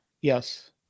Yes